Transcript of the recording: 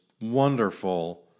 wonderful